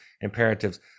imperatives